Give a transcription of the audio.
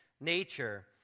nature